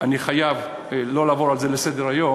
אני חייב לא לעבור על זה לסדר-היום,